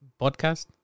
podcast